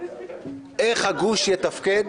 איך הגוש יתפקד